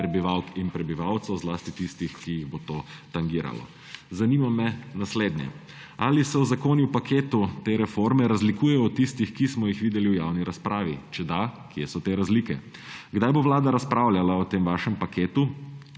prebivalk in prebivalcev, zlasti tistih, ki jih bo to tangiralo. Zanima me naslednje: Ali se zakoni v paketu te reforme razlikujejo od tistih, ki smo jih videli v razpravi? Če da, kje so te razlike? Kdaj bo Vlada razpravljala o tem vašem paketu